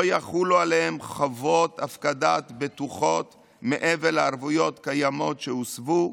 לא יחולו עליהם חובות הפקדת בטוחות מעבר לערבויות קיימות שהוסבו,